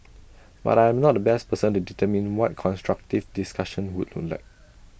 but I am not the best person to determine what constructive discussion would look like